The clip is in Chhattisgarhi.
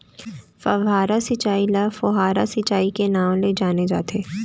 फव्हारा सिंचई ल फोहारा सिंचई के नाँव ले जाने जाथे